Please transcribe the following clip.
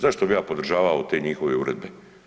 Zašto bi ja podržavao te njihove uredbe?